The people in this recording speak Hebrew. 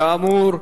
כאמור,